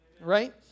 Right